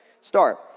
start